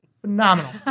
phenomenal